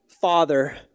father